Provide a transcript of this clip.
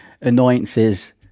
annoyances